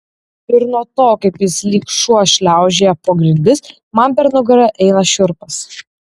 ir nuo to kaip jis lyg šuo šliaužioja po grindis man per nugarą eina šiurpas